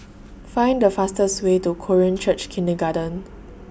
Find The fastest Way to Korean Church Kindergarten